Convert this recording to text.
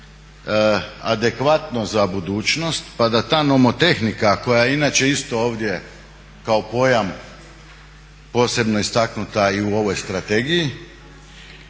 adekvatno za budućnost pa da ta nomotehnika koja inače isto ovdje kao pojam posebno istaknuta i u ovoj strategiji.